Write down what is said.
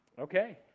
Okay